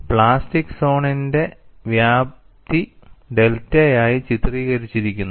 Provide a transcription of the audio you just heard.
plastic സോണിന്റെ വ്യാപ്തി ഡെൽറ്റയായി ചിത്രീകരിച്ചിരിക്കുന്നു